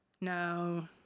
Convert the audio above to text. No